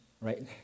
right